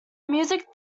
music